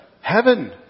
heaven